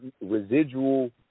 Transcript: residual